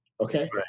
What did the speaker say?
okay